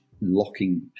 locking